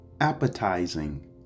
appetizing